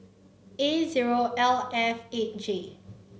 A L F eight J